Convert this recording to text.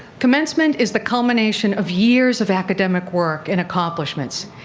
commencement is the culmination of years of academic work and accomplishments.